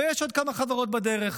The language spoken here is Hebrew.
ויש עוד כמה חברות בדרך.